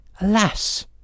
Alas